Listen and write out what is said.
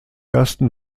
ersten